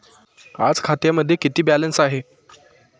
आज खात्यामध्ये किती बॅलन्स आहे?